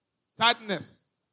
Sadness